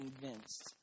convinced